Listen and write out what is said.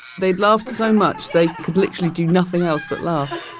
they'd laughed so much they could literally do nothing else but laugh